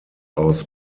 aus